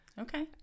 Okay